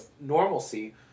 normalcy